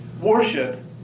Worship